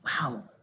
Wow